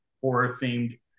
horror-themed